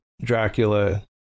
Dracula